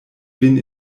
vin